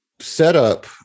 setup